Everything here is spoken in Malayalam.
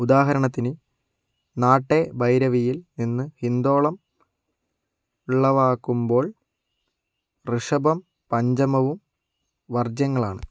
ഉദാഹരണത്തിന് നാട്ടെഭൈരവിയിൽ നിന്ന് ഹിന്ദോളം ഉളവാകുമ്പോൾ ഋഷഭം പഞ്ചമവും വർജ്യങ്ങളാണ്